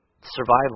survival